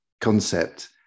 concept